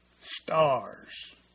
Stars